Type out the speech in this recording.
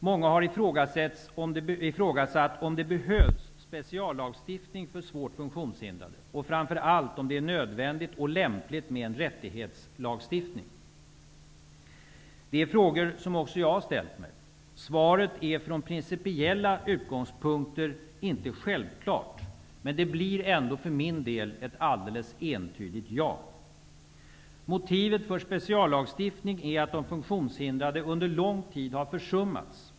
Många har ifrågasatt om det behövs speciallagstiftning för svårt funktionshindrade och framför allt om det är nödvändigt och lämpligt med en rättighetslagstiftning. Det är frågor som också jag har ställt mig. Svaret är från principiella utgångspunkter inte självklart. Men det blir ändå för min del ett alldeles entydigt ja. Motivet för en speciallagstiftning är att de funktionshindrade under lång tid har försummats.